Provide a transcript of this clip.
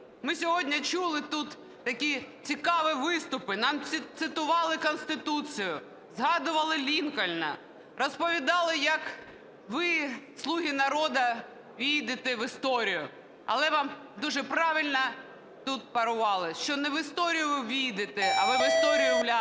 Ми сьогодні чули тут такі цікаві виступи, нам цитували Конституцію, згадували Лінкольна, розповідали, як ви, "слуги народу", увійдете в історію. Але вам дуже правильно тут парували, що не в історію ви увійдете, а ви в історію вляпаєтесь.